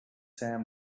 sam